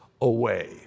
away